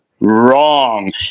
wrong